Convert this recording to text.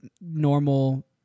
normal